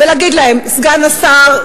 סגן השר,